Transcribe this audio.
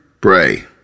Pray